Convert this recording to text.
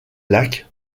lac